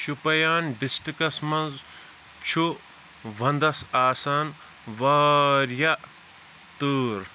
شُپَیان ڈِسٹرکَس منٛز چھُ وَندَس آسان واریاہ تۭر